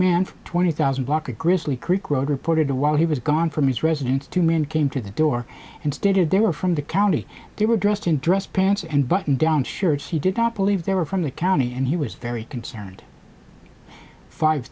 from twenty thousand block a grizzly creek road reported while he was gone from his residence two men came to the door and stated they were from the county they were dressed in dress pants and button down shirts he did not believe they were from the county and he was very concerned five